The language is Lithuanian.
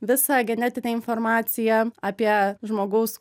visą genetinę informaciją apie žmogaus